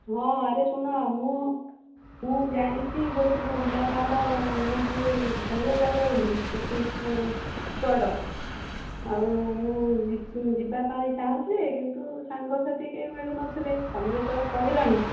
ହଁ ଆରେ ଶୁଣ ମୁଁ ମୁଁ ଜାଣିଛି ବହୁତ ଓଲା ପାହାଡ଼ ଯୋଉ ଭଲ ଜାଗା ବୋଲି ପିକ୍ନିକ୍ ସ୍ପଟ ଆଉ ମୁଁ ଯିବା ପାଇଁ ଚାହୁଁଛି କିନ୍ତୁ ସାଙ୍ଗସାଥି କେହି ମିଳୁନଥିଲେ ତୁମେ ଯେତେବେଳେ କହିଲଣି